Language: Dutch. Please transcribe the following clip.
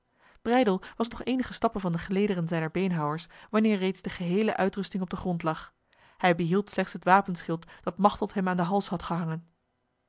breydel was nog enige stappen van de gelederen zijner beenhouwers wanneer reeds de gehele uitrusting op de grond lag hij behield slechts het wapenschild dat machteld hem aan de hals had gehangen